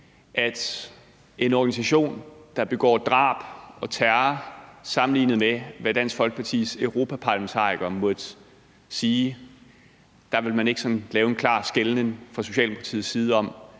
en organisation, der begår drab og terror, sammenlignet med, hvad Dansk Folkepartis europaparlamentariker måtte sige, vil man ikke sådan lave en klar skelnen fra Socialdemokratiets side i,